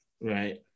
Right